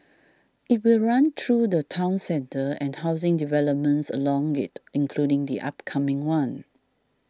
it will run through the town centre and housing developments along it including the upcoming one